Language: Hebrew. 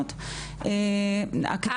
תודה ובהצלחה.